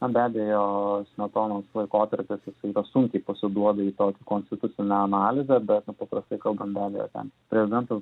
na be abejo smetonos laikotarpis jisai dar sunkiai pasiduoda į tokį konstitucinę analizę bet nu paprastai kalbant be abejo ten prezidentas